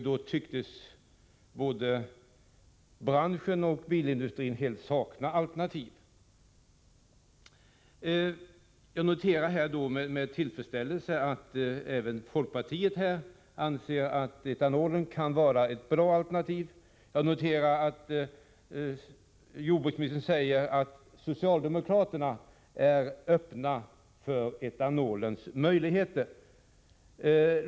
Då tycktes både branschen och bilindustrin helt sakna alternativ. Jag noterar därför med tillfredsställelse att även folkpartiet anser att etanolen kan vara ett bra alternativ. Jag noterar att jordbruksministern säger att socialdemokraterna är öppna för etanolens möjligheter.